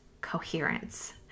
coherence